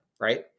right